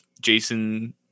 Jason